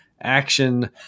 action